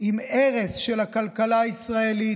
עם הרס של הכלכלה הישראלית,